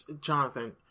jonathan